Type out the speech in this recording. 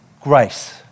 grace